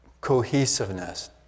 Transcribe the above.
cohesiveness